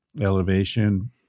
elevation